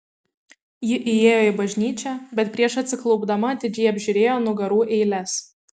ji įėjo į bažnyčią bet prieš atsiklaupdama atidžiai apžiūrėjo nugarų eiles